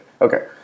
okay